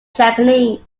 japanese